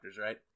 right